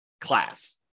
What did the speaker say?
class